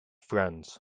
friends